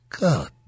God